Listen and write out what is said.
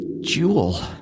jewel